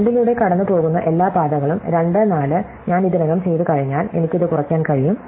രണ്ടിലൂടെ കടന്നുപോകുന്ന എല്ലാ പാതകളും 24 ഞാൻ ഇതിനകം ചെയ്തുകഴിഞ്ഞാൽ എനിക്ക് ഇത് കുറയ്ക്കാൻ കഴിയും